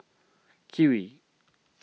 Kiwi